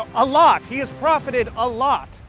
a lot, he is profited a lot.